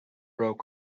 broke